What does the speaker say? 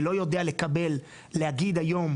אני לא יודע להגיד היום,